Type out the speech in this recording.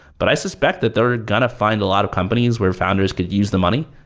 but i suspect that they're going to find a lot of companies where founders could use the money.